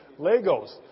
Legos